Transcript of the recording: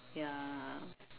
ya